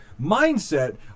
mindset